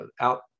out